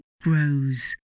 grows